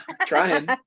Trying